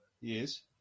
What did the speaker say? Yes